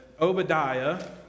Obadiah